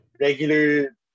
regular